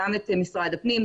גם את משרד הפנים,